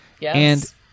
Yes